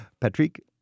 Patrick